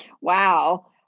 Wow